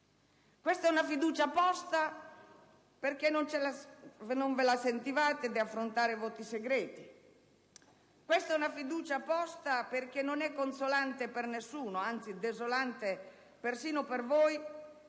È una fiducia posta perché non ve la sentivate di affrontare voti segreti. È una fiducia posta perché non è consolante per nessuno, anzi desolante perfino per voi,